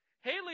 Haley